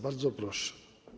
Bardzo proszę.